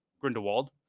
Grindelwald